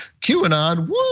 QAnon